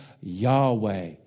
Yahweh